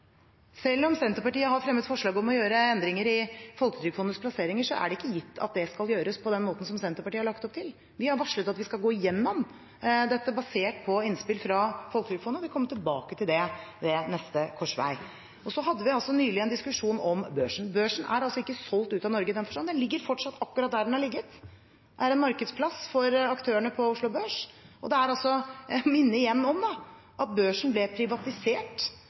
Selv om Senterpartiet har fremmet forslag om å gjøre endringer i Folketrygdfondets plasseringer, er det ikke gitt at det skal gjøres på den måten Senterpartiet har lagt opp til. Vi har varslet at vi skal gå igjennom dette basert på innspill fra Folketrygdfondet og vil komme tilbake til det ved neste korsvei. Vi hadde nylig en diskusjon om børsen. Børsen er ikke solgt ut av Norge i den forstand, den ligger fortsatt akkurat der den har ligget, og er en markedsplass for aktørene for Oslo Børs. Jeg minner igjen om at børsen ble privatisert